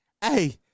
hey